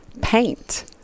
paint